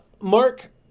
Mark